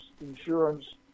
Insurance